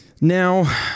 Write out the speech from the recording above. Now